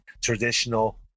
traditional